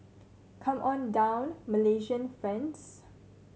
come on down Malaysian friends